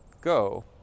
go